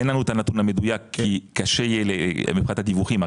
אין לנו את הנתון המדויק כי קשה יהיה מבחינת הדיווחים,